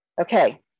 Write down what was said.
okay